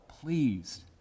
pleased